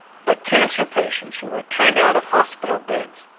but cancer patients who were turned out of hospital beds.